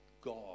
God